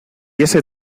ese